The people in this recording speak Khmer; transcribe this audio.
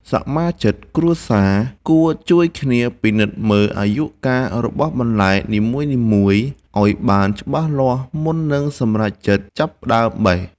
សមាជិកគ្រួសារគួរជួយគ្នាពិនិត្យមើលអាយុកាលរបស់បន្លែនីមួយៗឱ្យបានច្បាស់លាស់មុននឹងសម្រេចចិត្តចាប់ផ្តើមបេះ។